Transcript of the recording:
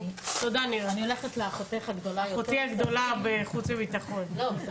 אני נותנת את רשות הדיבור למר גדי וינר,